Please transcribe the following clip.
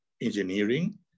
engineering